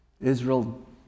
Israel